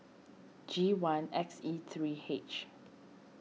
G one X E three H